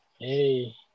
Hey